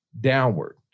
downward